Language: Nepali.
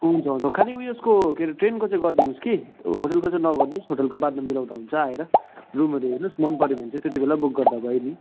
हुन्छ हुन्छ खाली उयसको के अरे ट्रेनको चाहिँ गरिदिनु होस् कि होटलको चाहिँ नगरिदिनु होस् होटलको बादमा मिलाउँदा हुन्छ आएर रुमहरू हेर्नुहोस् मनपऱ्यो भने चाहिँ त्यति बेला बुक गर्दा भयो नि